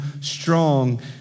strong